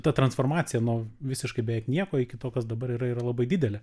ta transformacija nuo visiškai beveik nieko iki to kas dabar yra yra labai didelė